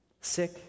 Sick